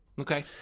okay